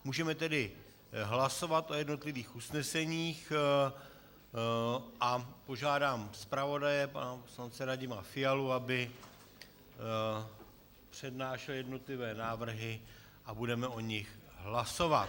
Můžeme tedy hlasovat o jednotlivých usneseních a požádám zpravodaje pana poslance Radima Fialu, aby přednášel jednotlivé návrhy, a budeme o nich hlasovat.